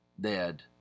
dead